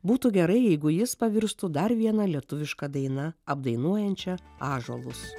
būtų gerai jeigu jis pavirstų dar viena lietuviška daina apdainuojančia ąžuolus